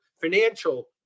financial